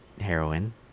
heroin